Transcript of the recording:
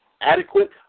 adequate